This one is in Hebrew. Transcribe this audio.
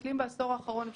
מסתכלים בעשור האחרון,